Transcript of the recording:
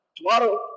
Tomorrow